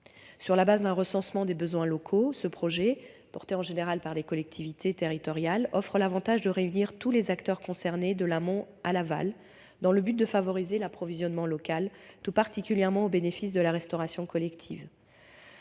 Sur la base d'un recensement des besoins locaux, ce projet, porté en général par les collectivités territoriales, offre l'avantage de réunir tous les acteurs concernés de l'amont à l'aval, dans le but de favoriser l'approvisionnement local, tout particulièrement au bénéfice de la restauration collective.